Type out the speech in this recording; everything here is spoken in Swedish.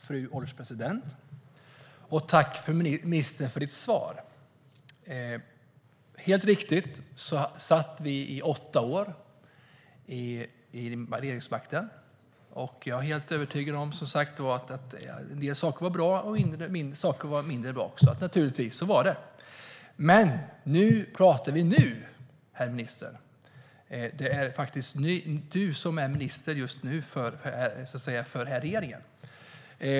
Fru ålderspresident! Tack, ministern, för ditt svar! Det är helt riktigt att vi hade regeringsmakten i åtta år. En del saker var bra medan andra saker naturligtvis var mindre bra. Så var det. Men här pratar vi om nuet, herr minister. Det är faktiskt du som är minister just nu i den här regeringen.